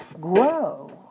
grow